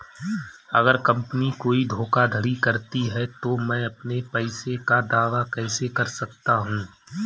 अगर कंपनी कोई धोखाधड़ी करती है तो मैं अपने पैसे का दावा कैसे कर सकता हूं?